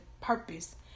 purpose